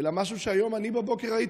אלא משהו שהיום בבוקר אני ראיתי.